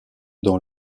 dans